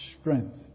strength